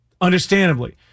understandably